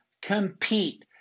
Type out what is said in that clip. compete